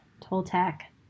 Toltec